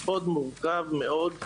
זה מאוד מורכב, מאוד מעניין,